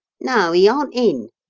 no, he aren't in.